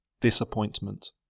disappointment